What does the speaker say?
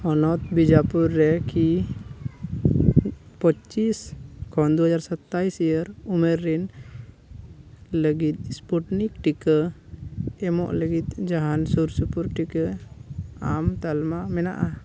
ᱦᱚᱱᱚᱛ ᱵᱤᱡᱟᱯᱩᱨ ᱨᱮ ᱠᱤ ᱯᱚᱸᱪᱤᱥ ᱠᱷᱚᱱ ᱫᱩ ᱦᱟᱡᱟᱨ ᱥᱟᱛᱟᱥ ᱤᱭᱟᱨ ᱩᱢᱮᱨ ᱨᱮᱱ ᱞᱟᱹᱜᱤᱫ ᱥᱯᱩᱴᱱᱤᱠ ᱴᱤᱠᱟᱹ ᱮᱢᱚᱜ ᱞᱟᱹᱜᱤᱫ ᱡᱟᱦᱟᱱ ᱥᱩᱨᱼᱥᱩᱯᱩᱨ ᱴᱤᱠᱟᱹ ᱟᱢ ᱛᱟᱞᱢᱟ ᱢᱮᱱᱟᱜᱼᱟ